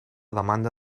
demanda